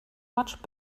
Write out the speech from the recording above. much